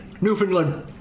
Newfoundland